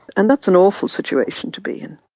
and that's an awful situation to be in.